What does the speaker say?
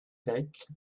fekl